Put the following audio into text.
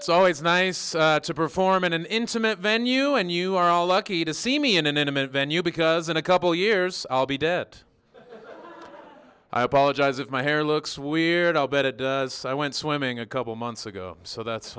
it's always nice to perform in an intimate venue and you are lucky to see me in an intimate venue because in a couple years i'll be dead i apologize if my hair looks weird i'll bet it does so i went swimming a couple months ago so that's